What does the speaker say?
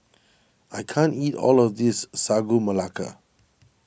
I can't eat all of this Sagu Melaka